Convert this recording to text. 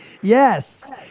Yes